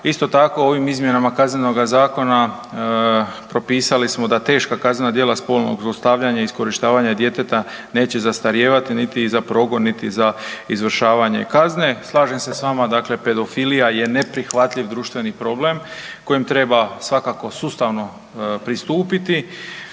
Isto tako, ovim izmjenama Kaznenoga zakona propisali smo da teška kaznena djela spolnog zlostavljanja i iskorištavanja djeteta neće zastarijevati niti za progon niti za izvršavanje kazne. Slažem se s vama, dakle pedofilija je neprihvatljiv društveni problem kojem treba svakako sustavno pristupiti,